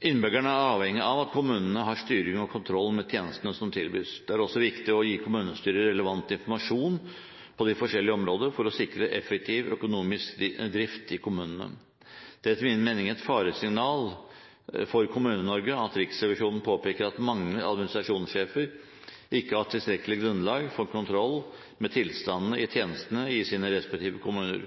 Innbyggerne er avhengige av at kommunene har styring og kontroll med tjenestene som tilbys. Det er også viktig å gi kommunestyrene relevant informasjon på de forskjellige områder for å sikre effektiv økonomisk drift i kommunene. Det er etter min mening et faresignal for Kommune-Norge at Riksrevisjonen påpeker at mange administrasjonssjefer ikke har tilstrekkelig grunnlag for kontroll med tilstanden i tjenestene i sine respektive kommuner.